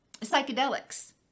psychedelics